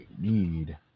need